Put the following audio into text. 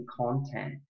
content